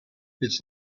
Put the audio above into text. its